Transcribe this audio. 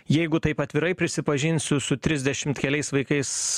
jeigu taip atvirai prisipažinsiu su trisdešimt keliais vaikais